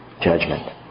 judgment